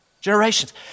generations